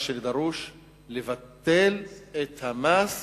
מה שדרוש הוא לבטל את המס